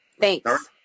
Thanks